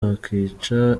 wakwica